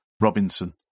Robinson